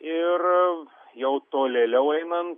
ir jau tolėliau einant